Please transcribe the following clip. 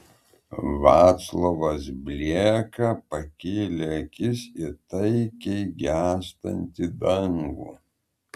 vaclovas blieka pakėlė akis į taikiai gęstantį dangų